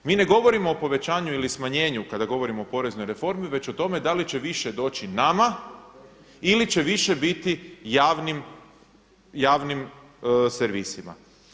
Mi ne govorimo o povećanju ili smanjenju kada govorimo o poreznoj reformi, već o tome da li će više doći nama ili će više biti javnim servisima.